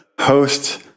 host